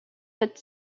but